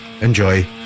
Enjoy